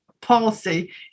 policy